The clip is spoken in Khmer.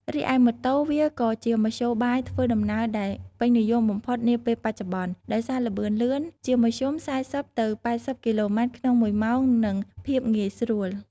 រីឯម៉ូតូ វាក៏ជាមធ្យោបាយធ្វើដំណើរដែល ពេញនិយមបំផុតនាពេលបច្ចុប្បន្ន ដោយសារល្បឿនលឿន ជាមធ្យម ៤០ ទៅ ៨០ គីឡូម៉ែត្រក្នុងមួយម៉ោងនិងភាពងាយស្រួល ។